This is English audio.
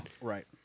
right